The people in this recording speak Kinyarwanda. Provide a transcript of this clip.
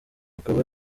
akaba